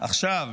עכשיו,